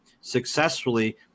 successfully